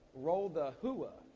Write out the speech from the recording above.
roll the hooah.